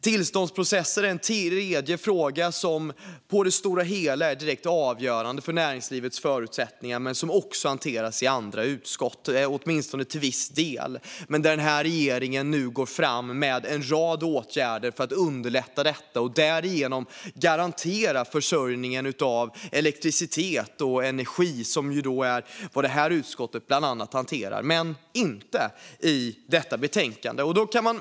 Tillståndsprocesser är ett tredje område som är avgörande för näringslivets förutsättningar och som också, åtminstone till viss del, hanteras i andra utskott. Regeringen går nu fram med en rad åtgärder för att underlätta detta och därmed garantera elektricitets och energiförsörjningen, vilket detta utskott bland annat hanterar, dock inte i dagens betänkande. Herr talman!